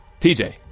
TJ